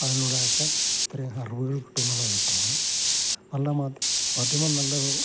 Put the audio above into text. അതിലൂടെയൊക്കെ അത്രയും അറിവുകൾ കിട്ടുമെന്നുള്ളത് വ്യക്തമാണ് നല്ല മാധ്യമം നല്ല ഒരു